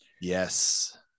Yes